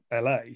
LA